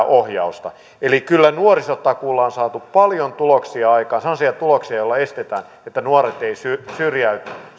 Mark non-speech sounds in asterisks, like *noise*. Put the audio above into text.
*unintelligible* ohjausta eli kyllä nuorisotakuulla on saatu paljon tuloksia aikaan semmoisia tuloksia joilla estetään että nuoret eivät syrjäydy